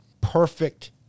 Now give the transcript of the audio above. Perfect